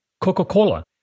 Coca-Cola